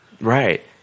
Right